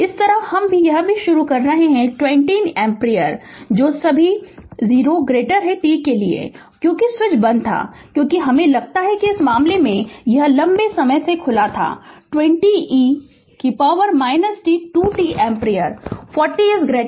इसी तरह यह भी शुरू में 20 एम्पीयर है जो सभी t 0 के लिए है और क्योंकि स्विच बंद था क्योंकि हमे लगता है कि इस मामले में यह लंबे समय तक खुला था 20 e t 2 t एम्पीयर 40 0